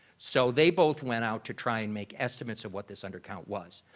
so they both went out to try and make estimates of what this undercount was.